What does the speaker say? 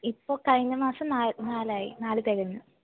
ഇപ്പോൾ കഴിഞ്ഞ മാസം നാലായി നാലു തികഞ്ഞു